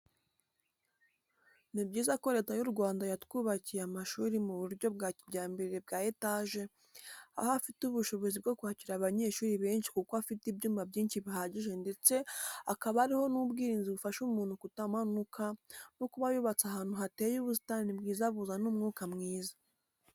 Ni byiza ko Leta y'u Rwanda yatwubakiye amashuri mu buryo bwa kijyambere bwa etaje, aho afite ubushobozi bwo kwakira abanyeshuri benshi kuko afite ibyumba byinshi bihagije ndetse akaba ariho n'ubwirinzi bufasha umuntu kutamanuka no kuba yubatse ahantu hateye ubusitani bwiza buzana umwuka mwiza.